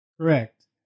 Correct